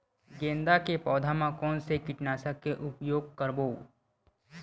गेंदा के पौधा म कोन से कीटनाशक के उपयोग करबो?